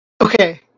Okay